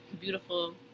beautiful